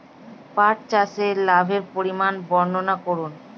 পাঠ চাষের লাভের পরিমান বর্ননা করুন?